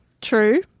true